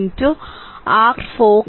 4 ix